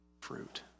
fruit